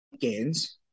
gains